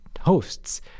hosts